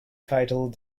titled